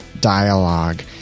dialogue